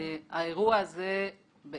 האירוע שקדם לאירוע הזה הוא